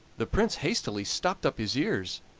the prince hastily stopped up his ears,